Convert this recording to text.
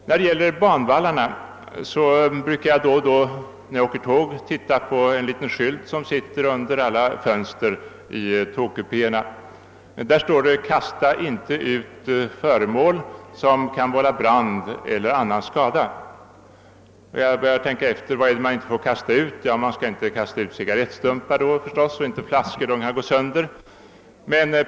När man åker tåg kan man på en liten skylt som sitter under alla fönster i tågkupéerna läsa: »Kasta inte ut föremål som kan vålla brand eller annan skada.» Jag har ofta funderat på denna formulering. Vad är det man inte får kasta ut? Jo, inte cigarrettstumpar och inte flaskor som kan gå sönder.